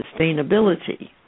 sustainability